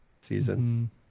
season